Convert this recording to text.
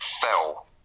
fell